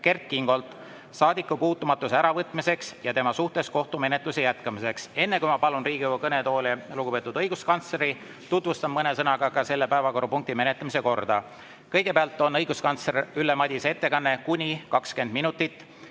Kert Kingolt saadikupuutumatuse äravõtmiseks ja tema suhtes kohtumenetluse jätkamiseks. Enne, kui ma palun Riigikogu kõnetooli lugupeetud õiguskantsleri, tutvustan mõne sõnaga ka selle päevakorrapunkti menetlemise korda. Kõigepealt on õiguskantsler Ülle Madise ettekanne kuni 20 minutit.